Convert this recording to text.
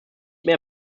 mehr